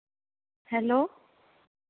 hello